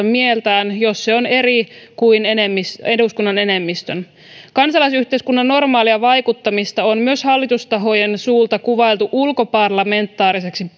mieltään jos se on eri kuin eduskunnan enemmistön kansalaisyhteiskunnan normaalia vaikuttamista on myös hallitustahojen suulla kuvailtu ulkoparlamentaariseksi